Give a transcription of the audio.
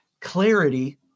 Clarity